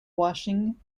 washing